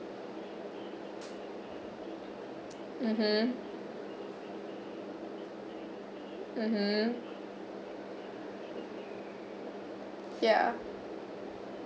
mmhmm mmhmm ya